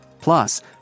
Plus